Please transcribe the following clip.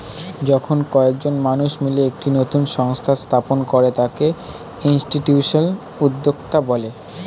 যখন কয়েকজন মানুষ মিলে একটা নতুন সংস্থা স্থাপন করে তাকে ইনস্টিটিউশনাল উদ্যোক্তা বলে